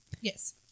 Yes